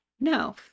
No